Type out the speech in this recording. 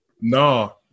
No